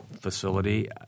facility